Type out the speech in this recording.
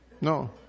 No